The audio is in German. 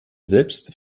selbst